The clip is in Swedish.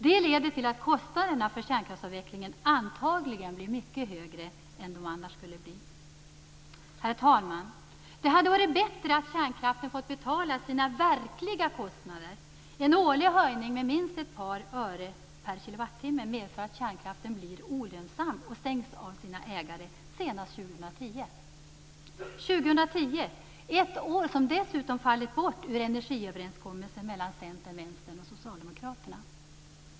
Det leder till att kostnaden för kärnkraftsavvecklingen antagligen blir mycket högre än den annars skulle blivit. Herr talman! Det hade varit bättre att kärnkraften hade fått betala sina verkliga kostnader. En årlig höjning med minst ett par öre per kWh medför att kärnkraften blir olönsam och stängs av sina ägare senast 2010. År 2010 är ett år som dessutom har fallit bort ur energiöverenskommelsen mellan Centern, Vänstern och Socialdemokraterna.